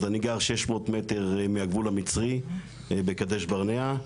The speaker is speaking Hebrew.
אז אני גר 600 מטר מהגבול המצרי בקדש ברנע,